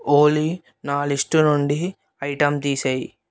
ఓలీ నా లిస్టు నుండి ఐటెమ్ తీసేయ్యి